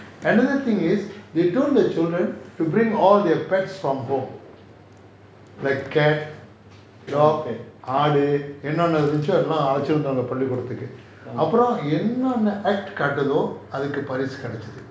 another thing is they told their children to bring all their pets from home like cat dog ஆடு என்னன்னா இருந்திச்சி எல்லாம் பள்ளி கூடத்துக்கு அப்புறம் என்னன்னே:aadu ennanana iruthuchi ellaam palli kudathuku appuram ennanae act காட்டுது அதுக்கு பரிசு கிடைச்சுது:kaatutho athuku parisu kidaichithu